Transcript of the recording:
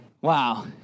Wow